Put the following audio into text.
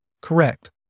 Correct